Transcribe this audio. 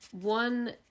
One